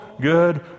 good